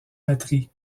patry